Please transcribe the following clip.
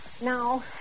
Now